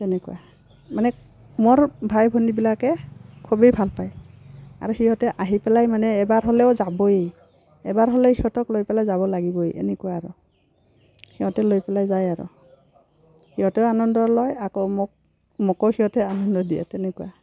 তেনেকুৱা মানে মোৰ ভাই ভনীবিলাকে খুবেই ভাল পায় আৰু সিহঁতে আহি পেলাই মানে এবাৰ হ'লেও যাবই এবাৰ হ'লে সিহঁতক লৈ পেলাই যাব লাগিবই এনেকুৱা আৰু সিহঁতে লৈ পেলাই যায় আৰু সিহঁতেও আনন্দ লয় আকৌ মোক মোকো সিহঁতে আনন্দ দিয়ে তেনেকুৱা